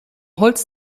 holz